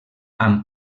amb